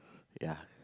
ya